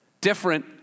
different